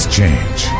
change